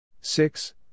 Six